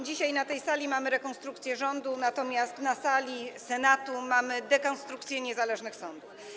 Dzisiaj na tej sali mamy rekonstrukcję rządu, natomiast na sali Senatu mamy dekonstrukcję niezależnych sądów.